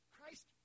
Christ